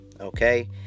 okay